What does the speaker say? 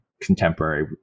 contemporary